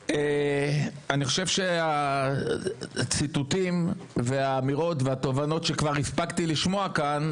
אני חושב שהציטוטים והאמירות והתובנות שכבר הספקתי לשמוע כאן,